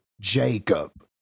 Jacob